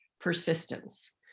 persistence